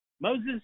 Moses